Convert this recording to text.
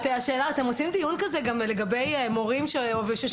השאלה האם אתם עושים דיון כזה גם לגבי מורים ששובתים?